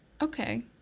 Okay